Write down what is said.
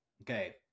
okay